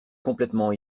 complètement